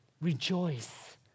rejoice